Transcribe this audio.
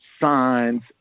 signs